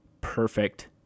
perfect